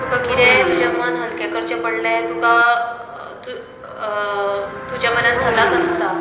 तुका कितेंय तुजें मन हलकें करचें पडलें तुका तुज्या म्हऱ्यांत सदांच आसता